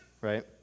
right